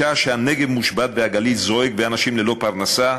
בשעה שהנגב מושבת והגליל זועק ואנשים ללא פרנסה,